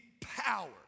power